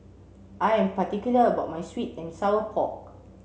I am particular about my sweet and sour pork